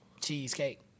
cheesecake